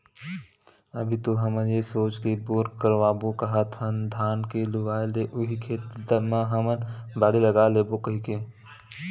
अभी तो हमन ये सोच के बोर करवाबो काहत हन धान के लुवाय ले उही खेत म हमन बाड़ी लगा लेबो कहिके